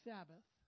Sabbath